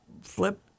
flip